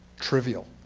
trivial.